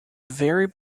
very